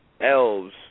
elves